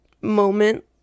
moment